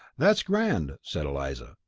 that's grand, said eliza,